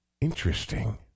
Interesting